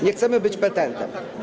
Nie chcemy być petentem.